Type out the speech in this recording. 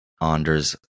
Anders